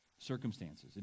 circumstances